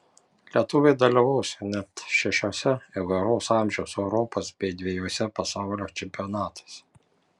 lietuviai dalyvaus net šešiuose įvairaus amžiaus europos bei dvejuose pasaulio čempionatuose